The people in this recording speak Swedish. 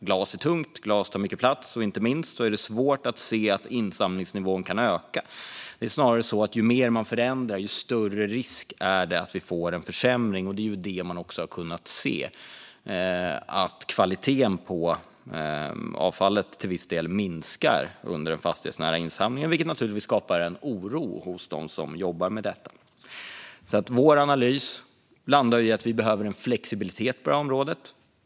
Glas är tungt och tar mycket plats, och det är inte minst svårt att se att insamlingsnivån kan öka. Det är snarare så att ju mer man förändrar, desto större risk är det att vi får en försämring. Det är också det vi har kunnat se: Kvaliteten på avfallet sjunker till viss del under den fastighetsnära insamlingen, vilket naturligtvis skapar en oro hos dem som jobbar med detta. Vår analys landar i att vi behöver flexibilitet på det här området.